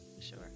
Sure